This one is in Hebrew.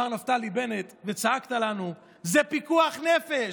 מר נפתלי בנט, וצעקת לנו: "זה פיקוח נפש,